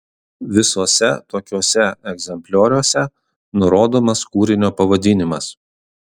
visuose tokiuose egzemplioriuose nurodomas kūrinio pavadinimas